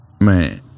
Man